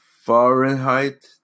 Fahrenheit